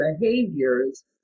behaviors